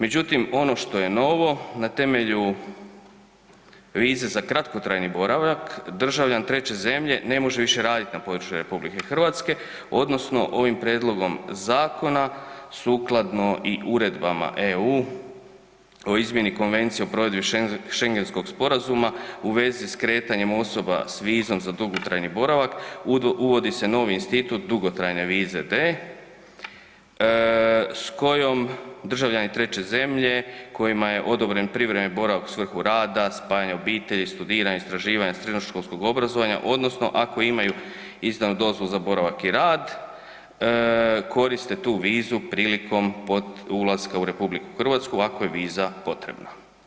Međutim, ono što je novo, na temelju vize za kratkotrajni boravak državljan treće zemlje ne može više radit na području RH odnosno ovim prijedlogom zakona sukladno i uredbama EU o izmjeni Konvenciji o provedbi Šengenskog sporazuma u vezi s kretanjem osoba s vizom za dugotrajni boravak uvodi se novi institut dugotrajne vize D s kojom državljani treće zemlje kojima je odobren privremeni boravak u svrhu rada, spajanja obitelji, studiranja, istraživanja, srednjoškolskog obrazovanja odnosno ako imaju izdanu dozvolu za boravak i rad koriste tu vizu prilikom ulaska u RH ako je viza potrebna.